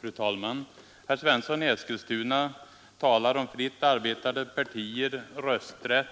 Fru talman! Herr Svensson i Eskilstuna talar om fritt arbetande partier, rösträtt